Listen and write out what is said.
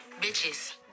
Bitches